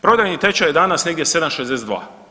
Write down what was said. Prodajni tečaj je danas negdje 7,62.